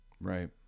Right